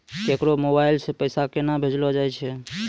केकरो मोबाइल सऽ पैसा केनक भेजलो जाय छै?